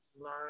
learn